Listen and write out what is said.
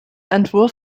entwurf